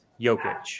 Jokic